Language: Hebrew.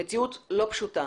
המציאות לא פשוטה.